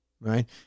right